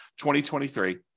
2023